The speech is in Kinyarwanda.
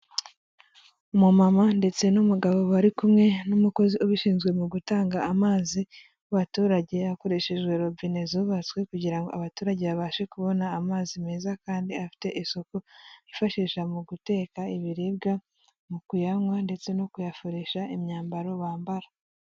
Umumama ndetse n'umugabo bari kumwe n'umukozi ubishinzwe mu gutanga amazi ku baturage hakoreshejwe robine zubatswe kugira ngo abaturage babashe kubona amazi meza kandi afite isuku yifashishwa mu guteka ibiribwa mu kuyanywa ndetse no kuyafurisha imyambaro bambara.